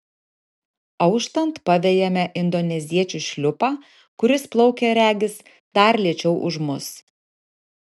auštant pavejame indoneziečių šliupą kuris plaukia regis dar lėčiau už mus